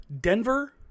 Denver